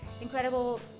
incredible